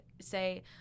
say